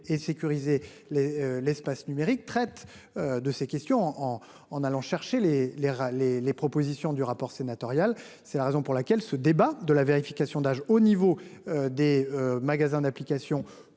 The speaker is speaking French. et sécuriser les l'espace numérique traite. De ces questions en en allant chercher les les les les propositions du rapport sénatorial c'est la raison pour laquelle ce débat de la vérification d'âge au niveau des magasins d'applications